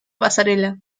pasarela